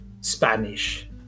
Spanish